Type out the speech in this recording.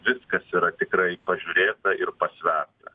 viskas yra tikrai pažiūrėta ir pasverta